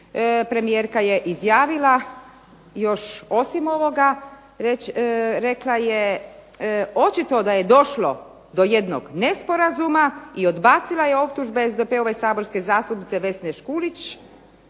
premijerka je izjavila još osim ovoga rekla je "Očito da je došlo do jednog nesporazuma i odbacila je optužbe SDP-ove saborske zastupnice Vesne Škulić